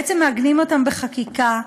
בעצם מעגנים אותם בחקיקה.